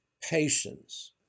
patience